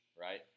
right